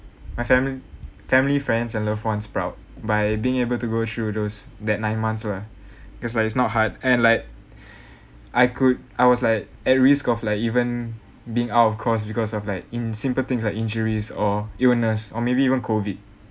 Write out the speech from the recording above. my family family friends and loved ones proud by being able to go through those that nine months lah it's like it's not hard and like I could I was like at risk of like even being out of course because of like in simple things like injuries or illness or maybe even COVID